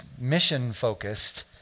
mission-focused